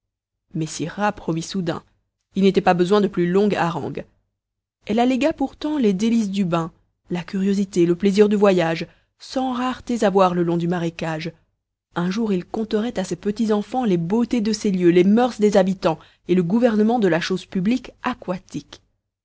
messire rat promit soudain il n'était pas besoin de plus longue harangue elle allégua pourtant les délices du bain la curiosité le plaisir du voyage cent raretés à voir le long du marécage un jour il conterait à ses petits-enfants les beautés de ces lieux les mœurs des habitants et le gouvernement de la chose publique